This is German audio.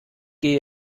geh